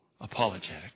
apologetic